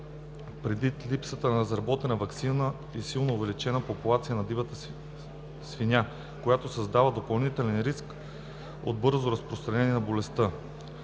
предвид липсата на разработена ваксина и силно увеличената популация на дива свиня, която създава допълнителен риск от бързо разпространение на болестта.